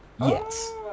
Yes